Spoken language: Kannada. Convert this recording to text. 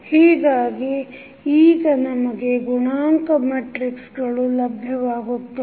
ಹೀಗಾಗಿ ಈಗ ನಮಗೆ ಗುಣಾಂಕ ಮೆಟ್ರಿಕ್ಸ್ಗಳು ಲಭ್ಯವಾಗುತ್ತವೆ